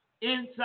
inside